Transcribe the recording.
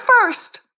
first